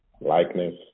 likeness